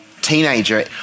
teenager